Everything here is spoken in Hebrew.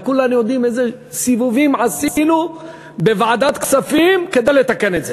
כולם יודעים אילו "סיבובים" עשינו בוועדת כספים כדי לתקן את זה,